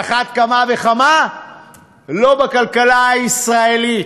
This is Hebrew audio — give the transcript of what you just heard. על אחת כמה וכמה לא בכלכלה הישראלית.